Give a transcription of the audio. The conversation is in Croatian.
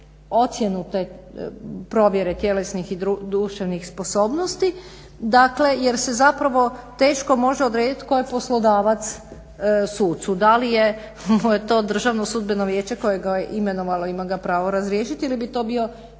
ocjenu te provjere tjelesnih i duševnih sposobnosti jer se zapravo teško može odrediti tko je poslodavac sucu. Da li mu je to DSV koje ga je imenovalo i ima ga pravo razriješiti ili bi to bio